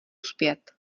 zpět